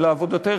לעבודתך,